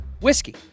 whiskey